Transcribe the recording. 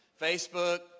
Facebook